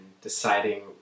deciding